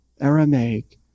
Aramaic